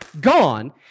gone